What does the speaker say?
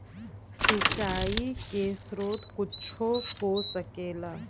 सिंचाइ के स्रोत कुच्छो हो सकेला